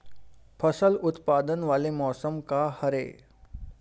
फसल उत्पादन वाले मौसम का हरे?